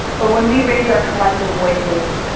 but when we raise our collective voices,